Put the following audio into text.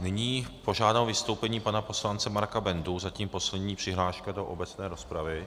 Nyní požádám o vystoupení pana poslance Marka Bendu, zatím poslední přihláška do obecné rozpravy.